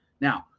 Now